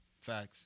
Facts